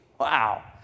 Wow